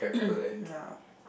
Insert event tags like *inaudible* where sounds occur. *coughs* yeah